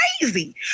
crazy